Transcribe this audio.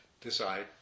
decide